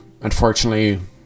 unfortunately